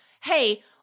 hey